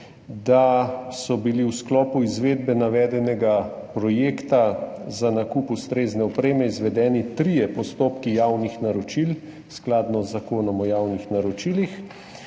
da so bili v sklopu izvedbe navedenega projekta za nakup ustrezne opreme izvedeni trije postopki javnih naročil skladno z Zakonom o javnih naročilih.